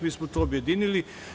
Mi smo to objedinili.